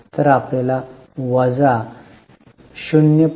तर आपल्याला वजा 0